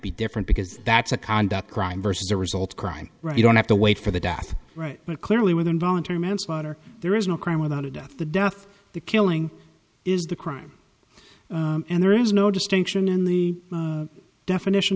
be different because that's a conduct crime versus a result crime you don't have to wait for the death right but clearly with involuntary manslaughter there is no crime without a death the death the killing is the crime and there is no distinction in the definition